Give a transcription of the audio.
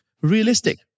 realistic